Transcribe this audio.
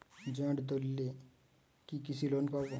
Joint দলিলে কি কৃষি লোন পাব?